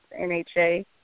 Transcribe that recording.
NHA